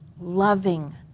loving